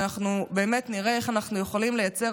ואנחנו באמת נראה איך אנחנו יכולים לייצר